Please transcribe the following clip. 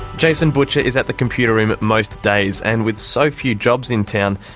jason butcher is at the computer room most days, and with so few jobs in town,